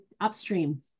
upstream